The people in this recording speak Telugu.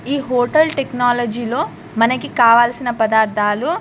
ఈ హోటల్ టెక్నాలజీలో మనకి కావాల్సిన పదార్థాలు